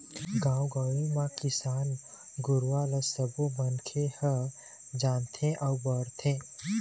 गाँव गंवई म किसान गुरूवा ल सबो मनखे ह जानथे अउ बउरथे